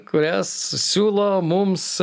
kurias siūlo mums